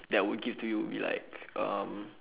that I would give to you would be like um